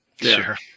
Sure